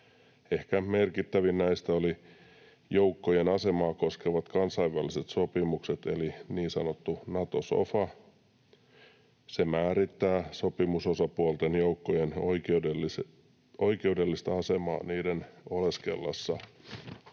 Ehkä merkittävin näistä oli joukkojen asemaa koskevat kansainväliset sopimukset eli niin sanottu Nato-sofa. Se määrittää sopimusosapuolten joukkojen oikeudellista asemaa näiden oleskellessa